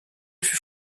fut